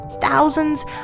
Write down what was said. Thousands